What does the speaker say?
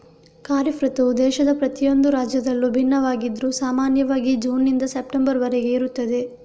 ಖಾರಿಫ್ ಋತುವು ದೇಶದ ಪ್ರತಿಯೊಂದು ರಾಜ್ಯದಲ್ಲೂ ಭಿನ್ನವಾಗಿದ್ರೂ ಸಾಮಾನ್ಯವಾಗಿ ಜೂನ್ ನಿಂದ ಸೆಪ್ಟೆಂಬರ್ ವರೆಗೆ ಇರುತ್ತದೆ